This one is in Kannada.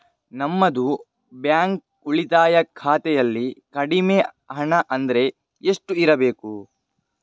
ನಮ್ಮದು ಬ್ಯಾಂಕ್ ಉಳಿತಾಯ ಖಾತೆಯಲ್ಲಿ ಕಡಿಮೆ ಹಣ ಅಂದ್ರೆ ಎಷ್ಟು ಇರಬೇಕು?